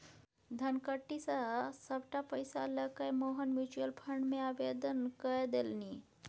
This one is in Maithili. धनकट्टी क सभटा पैसा लकए मोहन म्यूचुअल फंड मे आवेदन कए देलनि